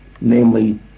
Namely